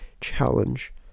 challenge